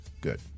Good